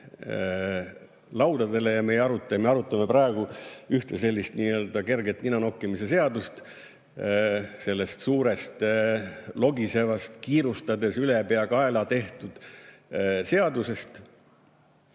aruta seda. Me arutame praegu ühte sellist nii-öelda kerget ninanokkimise seadust, sellest suurest logisevast kiirustades, ülepeakaela tehtud seadusest.